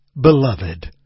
Beloved